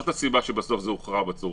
וכדומה.